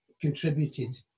contributed